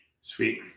Sweet